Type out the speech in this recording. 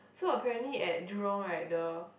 so apparently at Jurong right the